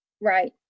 Right